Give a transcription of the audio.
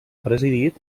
presidit